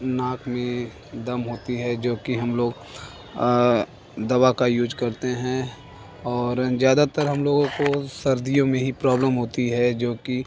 नाक में दम होता है जो कि हम लोग दवा का यूज करते हैं और ज़्यादातर हम लोगों काे सर्दियों में ही प्रॉब्लम होती है जो कि